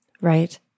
Right